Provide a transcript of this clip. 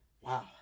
Wow